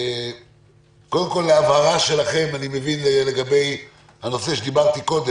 הבהרה שלכם לגבי הנושא שדיברתי קודם.